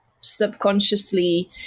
subconsciously